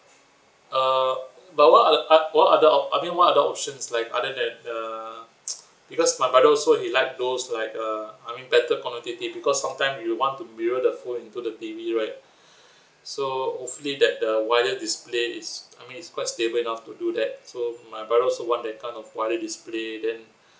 uh but what are uh what other op~ I mean what other options like other than err because my brother also he like those like uh I mean better quality because sometimes you want to mirror the phone to the T_V right so hopefully that the wire display I mean it's quite stable enough to do that so my brother also want that type of wire display then